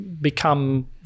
become